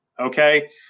Okay